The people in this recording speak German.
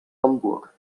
hamburg